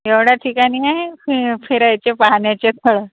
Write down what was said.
एवढ्या ठिकाणी आहे फि फिरायचे पाहण्याचे स्थळं